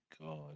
God